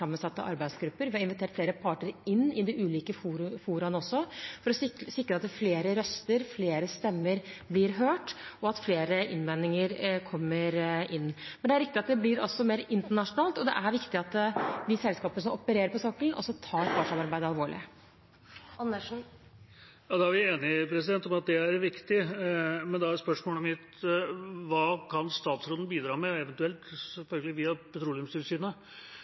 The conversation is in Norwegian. partssammensatte arbeidsgrupper, og vi har invitert parter inn i de ulike foraene for å sikre at flere røster, flere stemmer, blir hørt, og at flere innvendinger kommer inn. Det er riktig at det blir mer internasjonalt, og viktig at selskapene som opererer på sokkelen, tar partssamarbeidet alvorlig. Da er vi enige om at det er viktig, men da er spørsmålet mitt: Hva kan statsråden bidra med – eventuelt via Petroleumstilsynet,